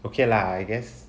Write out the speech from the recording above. okay lah I guess